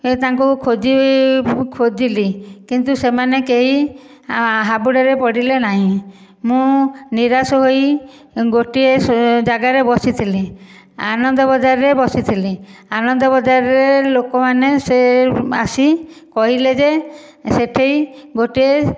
ତାଙ୍କୁ ଖୋଜି ଖୋଜିଲି କିନ୍ତୁ ସେମାନେ କେହି ହାବୁଡ଼ରେ ପଡ଼ିଲେ ନାହିଁ ମୁଁ ନିରାଶ ହୋଇ ଗୋଟିଏ ଜାଗାରେ ବସିଥିଲି ଆନନ୍ଦ ବଜାରରେ ବସିଥିଲି ଆନନ୍ଦ ବଜାରରେ ଲୋକମାନେ ସେ ଆସି କହିଲେ ଯେ ସେଇଠି ଗୋଟିଏ